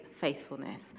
faithfulness